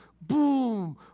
boom